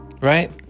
right